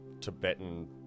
Tibetan